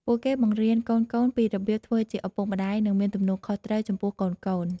ពួកគេបង្រៀនកូនៗពីរបៀបធ្វើជាឱពុកម្ដាយ និងមានទំនួលខុសត្រូវចំពោះកូនៗ។